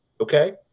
Okay